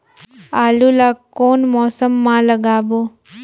आलू ला कोन मौसम मा लगाबो?